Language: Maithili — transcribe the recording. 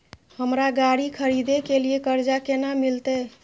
हमरा गाड़ी खरदे के लिए कर्जा केना मिलते?